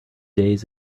days